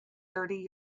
thirty